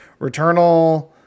Returnal